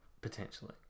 Potentially